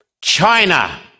China